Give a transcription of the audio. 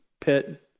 pit